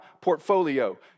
portfolio